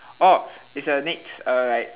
orh it's a next err like